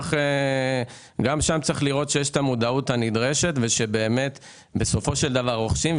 צריך לראות שיש את המודעות הנדרשת ואנשים רוכשים.